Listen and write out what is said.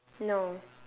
no